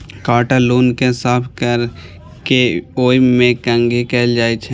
काटल ऊन कें साफ कैर के ओय मे कंघी कैल जाइ छै